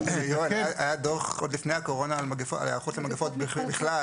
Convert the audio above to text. כדי לראות איך --- היה דוח עוד לפני הקורונה על היערכות למגפות בכלל,